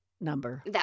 number